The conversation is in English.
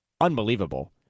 unbelievable